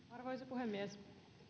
puhemies